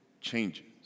changes